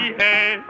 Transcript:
hey